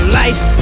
life